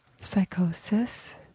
psychosis